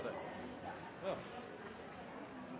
det